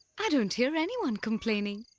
i don't hear anyone complaining.